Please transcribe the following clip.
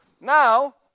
now